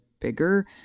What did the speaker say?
bigger